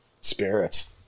spirits